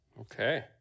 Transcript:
Okay